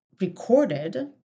recorded